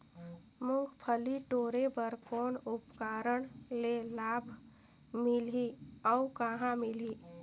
मुंगफली टोरे बर कौन उपकरण ले लाभ मिलही अउ कहाँ मिलही?